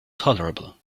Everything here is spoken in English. tolerable